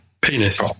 penis